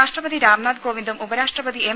രാഷ്ട്രപതി രാംനാഥ് കോവിന്ദും ഉപരാഷ്ട്രപതി എം